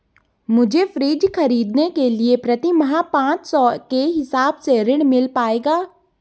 मुझे फ्रीज खरीदने के लिए प्रति माह पाँच सौ के हिसाब से ऋण मिल पाएगा?